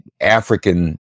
African